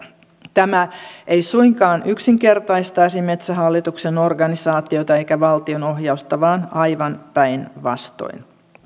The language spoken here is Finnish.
tämä ei suinkaan yksinkertaistaisi metsähallituksen organisaatiota eikä valtionohjausta vaan aivan päinvastoin